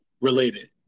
Related